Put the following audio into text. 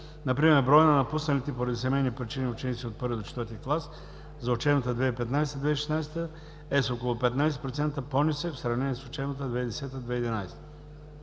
например, броят на напусналите поради семейни причини ученици от I-ви до IV-ти клас за учебната 2015 – 2016 г. е с около 15% по-нисък в сравнение с учебната 2010 – 2011